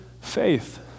faith